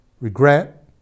Regret